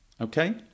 okay